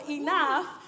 enough